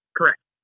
Correct